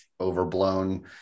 overblown